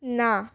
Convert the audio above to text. না